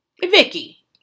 Vicky